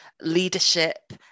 leadership